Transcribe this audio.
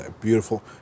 Beautiful